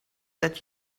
that